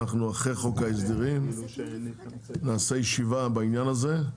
אחרי חוק ההסדרים אנחנו נעשה ישיבה בעניין הזה,